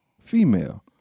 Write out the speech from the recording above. female